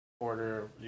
order